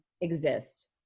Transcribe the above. exist